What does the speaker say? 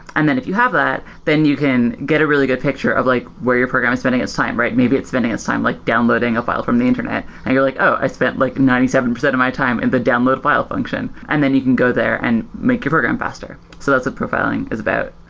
and then if you have that, then you can get a really good picture of like where your program is spending its time, right? maybe it's spending its time like downloading a file from the internet and you're like, oh! i spend like ninety seven percent of my time in the download file function, and then you can go there and make your program faster. so that's what profiling is about.